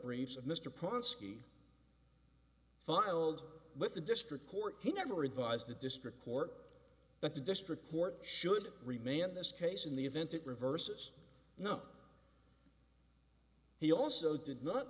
ponsonby filed with the district court he never advised the district court that the district court should remain in this case in the event that reverses no he also did not